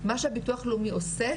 מה שבטוח לאומי עושה,